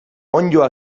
onddoa